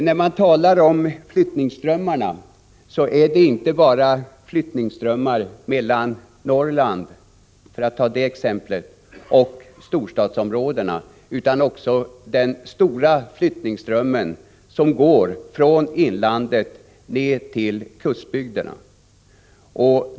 När man talar om flyttningsströmmarna bör man komma ihåg att det inte bara finns flyttningsströmmar mellan t.ex. Norrland och storstadsområdena, utan också en stor flyttningsström som går från inlandet ned till kustbygderna.